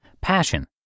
passion